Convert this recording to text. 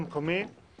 תפנו עכשיו